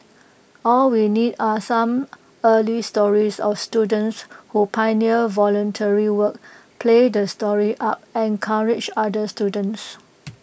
all we need are some early stories of students who pioneer voluntary work play the story up encourage other students